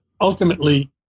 ultimately